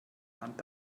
hand